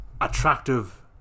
attractive